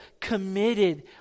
committed